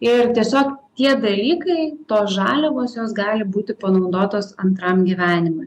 ir tiesiog tie dalykai tos žaliavos jos gali būti panaudotos antram gyvenimui